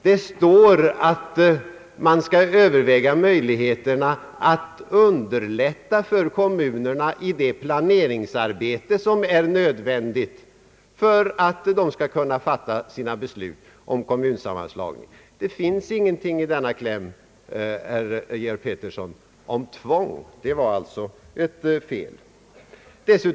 Det står att man skall överväga möjligheterna att underlätta för kommunerna i det planeringsarbete som är nödvändigt för att de skall kunna fatta sina beslut om kommunsammanslagning. Det finns ingenting i denna kläm, herr Georg Pettersson, om tvång. Det var alltså ett felaktigt påstående.